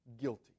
guilty